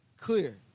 clear